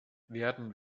werden